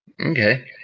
Okay